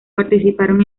participaron